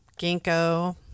Ginkgo